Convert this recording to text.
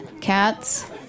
cats